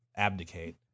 abdicate